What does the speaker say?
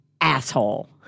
asshole